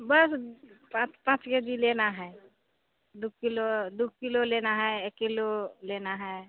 बस पाँच पाँच के जी लेना है दो किलो दो किलो लेना है एक किलो लेना है